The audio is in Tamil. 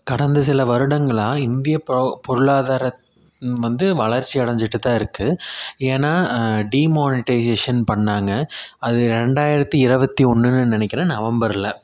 கடந்த சில வருடங்களாக இந்திய ப்ரோ பொருளாதாரம் வந்து வளர்ச்சி அடைஞ்சிட்டு தான் இருக்குது ஏன்னா டிமானிட்டைசேஷன் பண்ணாங்க அது ரெண்டாயிரத்தி இருபத்தி ஒன்றுன்னு நினைக்கிறேன் நவம்பரில்